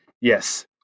yes